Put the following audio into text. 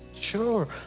sure